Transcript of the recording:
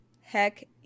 Heck